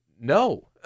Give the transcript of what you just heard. No